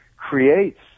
creates